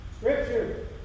Scripture